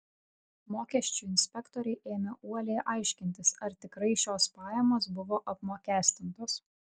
mokesčių inspektoriai ėmė uoliai aiškintis ar tikrai šios pajamos buvo apmokestintos